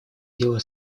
дело